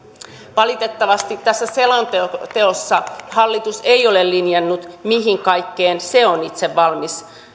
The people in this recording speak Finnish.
valitettavasti tässä selonteossa hallitus ei ole linjannut mihin kaikkeen se on itse valmis